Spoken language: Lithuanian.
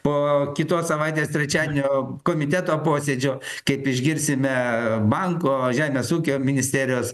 po kitos savaitės trečiadienio komiteto posėdžio kaip išgirsime banko žemės ūkio ministerijos